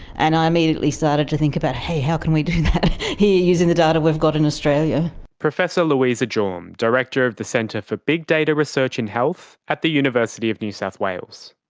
and i immediately started to think about, hey, how can we do that here using the data we've got in australia? professor louisa jorm, director of the centre for big data research in health at the university of new south wales.